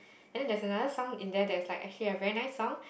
and then there's another song in there that is like actually a very nice song